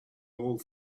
all